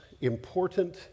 important